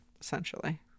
essentially